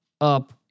up